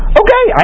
okay